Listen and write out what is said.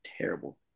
terrible